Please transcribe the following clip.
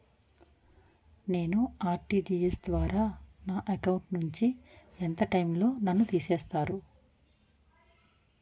నేను ఆ.ర్టి.జి.ఎస్ ద్వారా నా అకౌంట్ నుంచి ఎంత టైం లో నన్ను తిసేస్తారు?